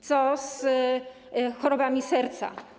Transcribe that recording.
Co z chorobami serca?